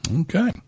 Okay